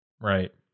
Right